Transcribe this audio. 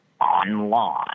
online